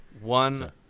one